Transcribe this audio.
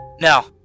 Now